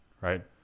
right